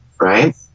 right